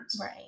Right